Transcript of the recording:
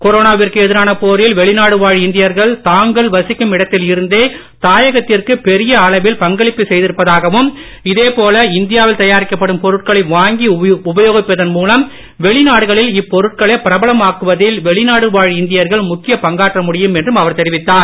கொரோனாவிற்கு எதிரான போரில் வெளிநாடு வாழ் இந்தியர்கள் தாங்கள் வசிக்கும் இடத்தில் இருந்தே தாயகத்திற்கு பெரிய அளவில் பங்களிப்பு செய்திருப்பதாகவும் இதேபோல இந்தியாவில் தயாரிக்கப்படும் பொருட்களை வாங்கி உபயோகிப்பதன் மூலம் வெளிநாடுகளில் இப்பொருட்களை பிரபலம் ஆக்குவதில் வெளிநாடு வாழ் இந்தியர்கள் முக்கியப் பங்காற்ற முடியும் என்றும் அவர் தெரிவித்தார்